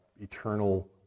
eternal